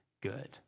good